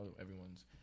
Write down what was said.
everyone's